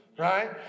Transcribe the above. Right